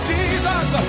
Jesus